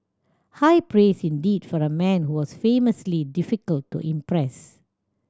high praise indeed from a man who was famously difficult to impress